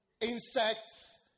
insects